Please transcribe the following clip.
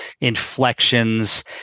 inflections